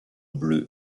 bleu